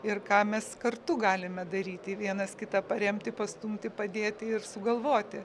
ir ką mes kartu galime daryti vienas kitą paremti pastumti padėti ir sugalvoti